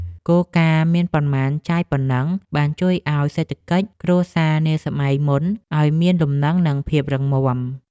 គោលការណ៍មានប៉ុន្មានចាយប៉ុណ្ណឹងបានជួយឱ្យសេដ្ឋកិច្ចគ្រួសារនាសម័យមុនឱ្យមានលំនឹងនិងភាពរឹងមាំ។